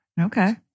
okay